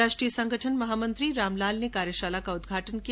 राष्ट्रीय संगठन महामंत्री रामलाल ने कार्यशाला का उद्घाटन किया